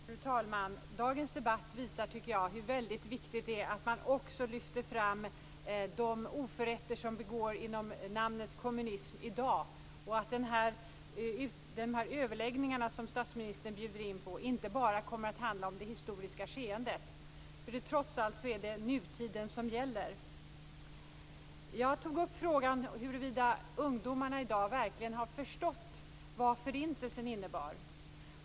Fru talman! Dagens debatt visar hur väldigt viktigt det är att man också lyfter fram de oförrätter som i dag begås under namnet kommunism och att de överläggningar som statsministern bjuder in till inte bara kommer att handla om det historiska skeendet. Trots allt är det nutiden som gäller. Jag tog upp frågan huruvida ungdomarna i dag verkligen har förstått vad Förintelsen innebar.